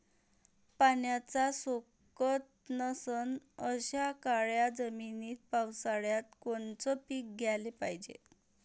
पाण्याचा सोकत नसन अशा काळ्या जमिनीत पावसाळ्यात कोनचं पीक घ्याले पायजे?